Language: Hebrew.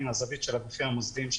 מן הזווית של הגופים המוסדיים,